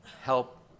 help